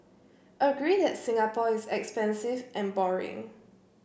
agree that Singapore is expensive and boring